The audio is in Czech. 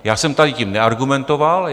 Já jsem tady tím neargumentoval.